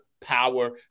power